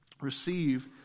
Receive